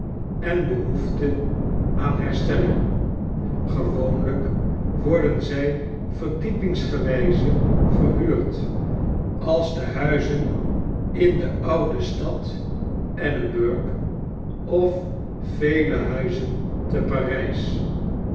en behoefte aan herstelling gewoonlyk worden zij verdiepingsgewijze verhuurd als de huizen in de oude stad e dim burg of vele huizen te parijs